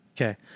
Okay